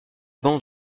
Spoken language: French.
bancs